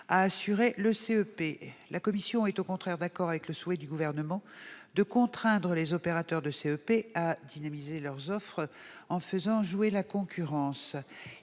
à assurer le CEP. La commission est au contraire en phase avec le souhait du Gouvernement de contraindre les opérateurs de CEP à dynamiser leurs offres en faisant jouer la concurrence.